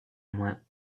moins